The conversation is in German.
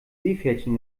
seepferdchen